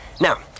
Now